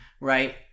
Right